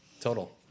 Total